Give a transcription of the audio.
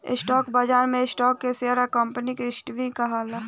stock बाजार में stock के शेयर या कंपनी के इक्विटी भी कहाला